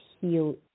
heal